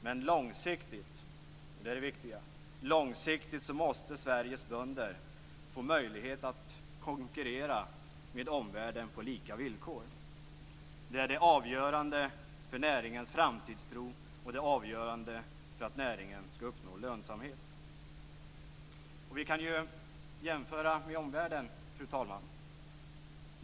Men långsiktigt, och det är det viktiga, måste Sveriges bönder få möjlighet att konkurrera med omvärlden på lika villkor. Det är det avgörande för näringens framtidstro och det avgörande för att näringen skall uppnå lönsamhet. Vi kan ju jämföra med omvärlden, fru talman.